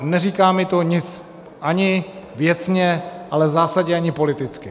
Neříká mi to nic ani věcně, ale v zásadě ani politicky.